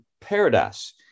paradise